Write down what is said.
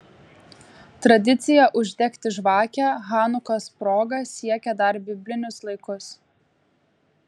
tradicija uždegti žvakę chanukos proga siekia dar biblinius laikus